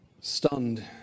Stunned